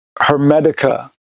Hermetica